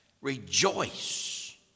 Rejoice